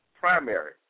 primary